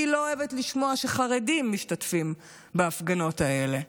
היא לא אוהבת לשמוע שחרדים משתתפים בהפגנות האלה,